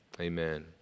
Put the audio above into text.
Amen